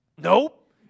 nope